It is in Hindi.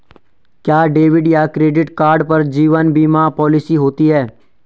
क्या डेबिट या क्रेडिट कार्ड पर जीवन बीमा पॉलिसी होती है?